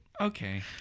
okay